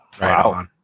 Wow